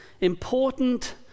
important